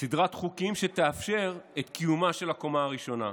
סדרת חוקים שתאפשר את קיומה של הקומה הראשונה.